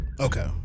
Okay